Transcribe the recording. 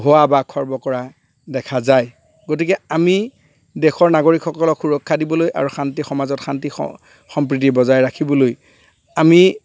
হোৱা বাস সৰ্ব কৰা দেখা যায় গতিকে আমি দেশৰ নাগৰিকসকলক সুৰক্ষা দিবলৈ আৰু শান্তি সমাজত শান্তি স সম্প্ৰীতি বজাই ৰাখিবলৈ আমি